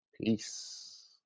Peace